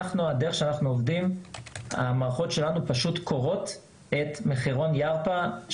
הדרך שאנחנו עובדים היא שהמערכות שלנו פשוט קוראות את מחירון "ירפא".